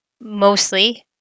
mostly